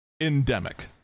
endemic